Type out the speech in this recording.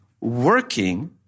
working